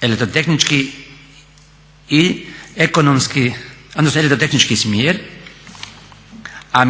elektrotehnički i ekonomski, odnosno elektrotehnički smjer. A